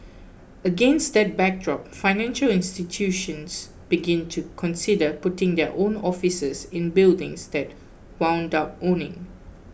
against that backdrop financial institutions began to consider putting their own offices in buildings they wound up owning